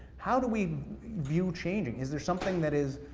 how do we view changing? is there something that is,